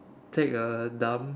take a dump